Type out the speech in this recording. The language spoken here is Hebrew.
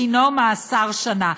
דינו מאסר שנה.